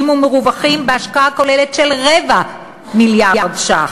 ומרווחים בהשקעה כוללת של 250 מיליון ש"ח.